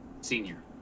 senior